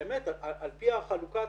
החלוקה התקציבית,